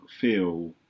feel